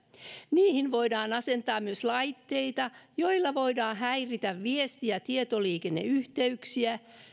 niihin voidaan asentaa myös laitteita joilla voidaan häiritä viesti ja tietoliikenneyhteyksiä